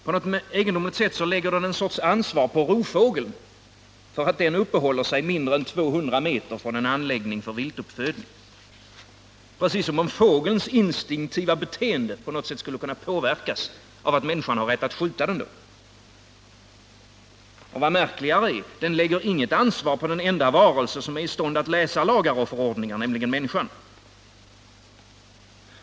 På något egendomligt sätt lägger den någon sorts ansvar på rovfågeln för att den uppehåller sig mindre än 200 m från en anläggning för viltuppfödning. Precis som om fågelns instinktiva beteende på något sätt skulle kunna påverkas av att människan har rätt att skjuta den då. Och vad ännu märkligare är — den lägger inget ansvar på den enda varelse som är i stånd att läsa lagar och förordningar, nämligen människan.